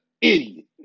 idiot